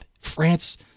France